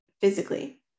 physically